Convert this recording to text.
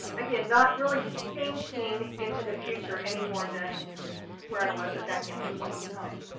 again, not really thinking into the future anymore than where i was at that given point in time.